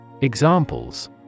Examples